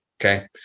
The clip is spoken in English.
Okay